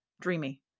Dreamy